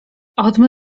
odmy